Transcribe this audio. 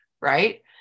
right